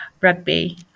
Rugby